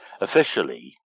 Officially